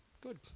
Good